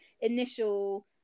initial